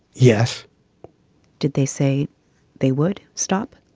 yes did they say they would stop?